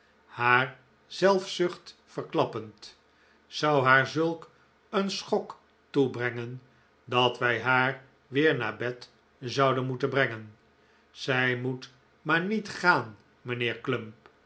haar zelfzucht verklappend zou haar zulk een schok toebrengen dat wij haar weer naar bed zouden moeten brengen zij moet maar niet gaan mijnheer clump